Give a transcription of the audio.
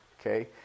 Okay